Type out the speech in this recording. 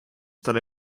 talle